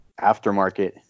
aftermarket